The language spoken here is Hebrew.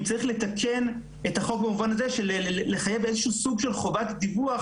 אם צריך לתקן את החוק במובן הזה של לחייב איזה שהוא סוג של חובת דיווח